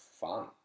fun